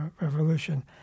revolution